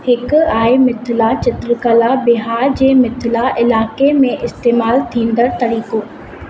हिकु आहे मिथिला चित्रकला बिहार जे मिथिला इलाइक़े में इस्तेमालु थींदड़ तरीक़ो